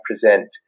present